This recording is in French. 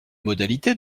modalités